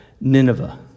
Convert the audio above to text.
Nineveh